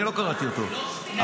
אני לא קראתי אותו,